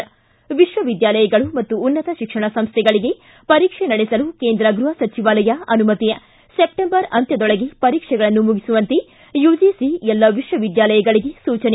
ಿ ವಿಶ್ವವಿದ್ಯಾಲಯಗಳು ಮತ್ತು ಉನ್ನತ ಶಿಕ್ಷಣ ಸಂಸ್ಥೆಗಳಿಗೆ ಪರೀಕ್ಷೆ ನಡೆಸಲು ಕೇಂದ್ರ ಗೃಹ ಸಚಿವಾಲಯ ಅನುಮತಿ ಸೆಪ್ಟೆಂಬರ್ ಅಂತ್ಯದೊಳಗೆ ಪರೀಕ್ಷೆಗಳನ್ನು ಮುಗಿಸುವಂತೆ ಯುಜಿಸಿ ವಿಶ್ವವಿದ್ಯಾಲಯಗಳಗೆ ಸೂಚನೆ